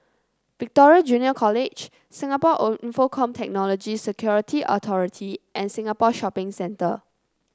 Victoria Junior College Singapore Infocomm Technology Security Authority and Singapore Shopping Centre